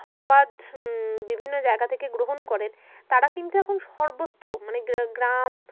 সংবাদ বিভিন্ন জায়গা থেকে গ্রহণ করেন তারা কিন্তু এখন সর্বত্র মানে গ্রাম